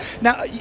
Now